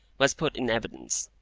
was put in evidence.